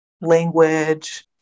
language